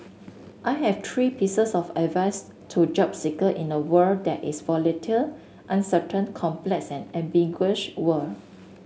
I have three pieces of advice to job seeker in a world that is volatile uncertain complex and ambiguous world